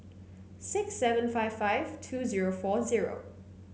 six seven five five two zero four zero